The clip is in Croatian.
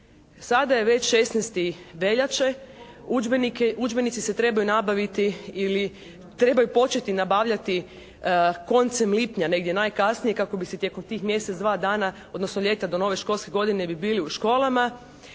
Sada je već 16. veljače, udžbenici se trebaju nabaviti ili trebaju početi nabavljati koncem lipnja, negdje najkasnije kako bi se tijekom tih mjesec dana, odnosno ljeta do nove školske godine bi bili u školama.